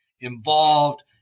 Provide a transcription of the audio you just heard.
involved